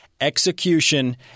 execution